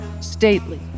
stately